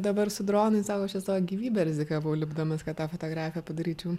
dabar su dronais sako aš čia savo gyvybe rizikavau lipdamas kad tą fotografiją padaryčiau